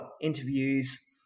interviews